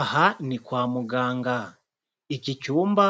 Aha ni kwa muganga, iki cyumba